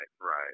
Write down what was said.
right